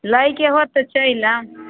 लै के हो तऽ चलि आयब